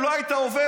אם לא היית עובר,